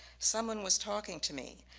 someone was talking to me.